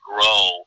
grow